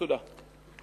תודה.